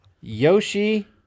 Yoshi